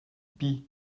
pis